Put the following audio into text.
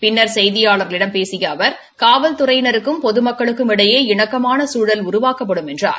பின்னா் செய்தியாளா்களிடம் பேசிய அவா் காவ்துறையினருக்கும் பொதுமக்களுக்கும் இடையே இணக்கமான சூழல் உருவாக்கப்படும் என்றார்